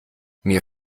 mir